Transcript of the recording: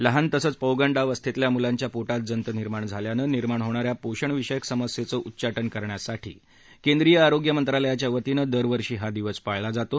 लहान तसंच पौगंडावस्थेतल्या मुलांच्या पोटात जंत निर्माण झाल्यानं निर्माण होणाऱ्या पोषण विषयक समस्येचं उच्चाटन करण्यासाठी केंद्रीय आरोग्य मंत्रालयाच्या वतीनं दरवर्षी हा दिवस पाळला जातो